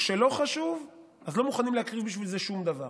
כשלא חשוב אז לא מוכנים להקריב בשביל זה שום דבר.